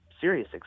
serious